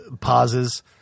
pauses